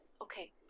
Okay